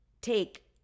take